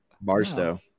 Barstow